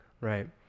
Right